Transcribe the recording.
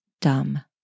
dumb